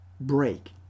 break